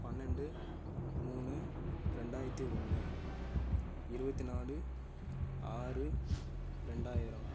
பன்னெண்டு மூணு ரெண்டாயித்தி ஒன்று இருபத்தி நாலு ஆறு ரெண்டாயிரம்